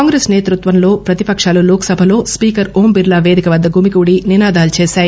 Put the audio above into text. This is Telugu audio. కాంగ్రెస్ నేతృత్వంలో ప్రతిపకాలు లోక్ సభలో స్పీకర్ ఓం బిర్లా పేదిక వద్ద గుమిగూడి నినాదాలు చేశాయి